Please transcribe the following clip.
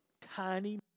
tiny